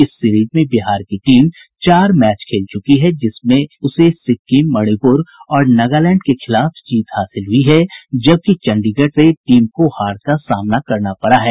इस सीरीज में बिहार की टीम चार मैच खेल चुकी है जिसमें उसे सिक्किम मणिपुर और नगालैंड के खिलाफ जीत हासिल हुई है जबकि चंडीगढ़ से टीम को हार का सामना करना पड़ा है